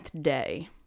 day